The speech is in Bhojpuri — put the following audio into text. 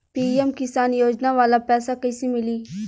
पी.एम किसान योजना वाला पैसा कईसे मिली?